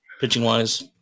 pitching-wise